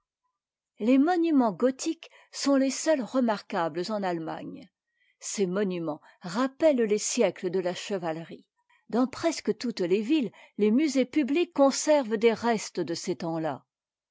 les monuments gothiques sont les seuls remarquables en allemagne ces monuments rappellent t les siècles de la chevalerie dans presque toutes les'villes tes musées publics conservent des restes de ces temps tà